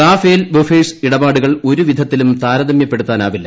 Rafale Bofors ഇടപാടുകൾ ഒരുവിധത്തിലും താരതമ്യപ്പെടുത്താനാവില്ല